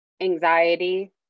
anxiety